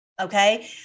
Okay